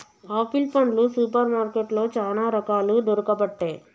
apple పండ్లు super మార్కెట్లో చానా రకాలు దొరుకబట్టె